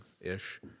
ish